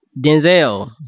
Denzel